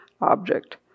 object